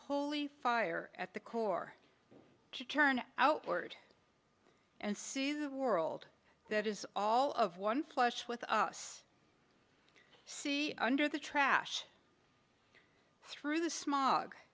holy fire at the core to turn outward and see the world that is all of one flesh with us see under the trash through the smog